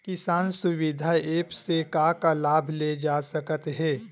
किसान सुविधा एप्प से का का लाभ ले जा सकत हे?